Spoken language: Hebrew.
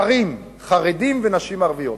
גברים חרדים ונשים ערביות.